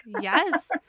Yes